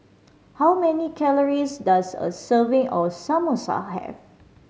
how many calories does a serving of Samosa have